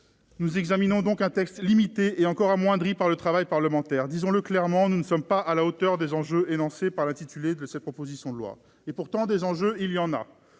Nous examinons donc un texte limité, et encore amoindri par le débat parlementaire. Disons-le clairement : nous ne sommes pas à la hauteur des enjeux énoncés par l'intitulé de cette proposition de loi. Pourtant, des enjeux, il y en a,